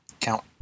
count